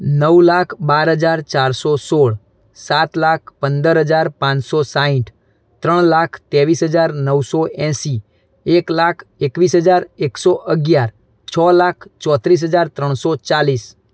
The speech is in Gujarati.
નવ લાખ બાર હજાર ચારસો સોળ સાત લાખ પંદર હજાર પાંચસો સાઠ ત્રણ લાખ ત્રેવીસ હજાર નવસો એંસી એક લાખ એકવીસ હજાર એકસો અગિયાર છ લાખ ચોંત્રીસ હજાર ત્રણસો ચાળીસ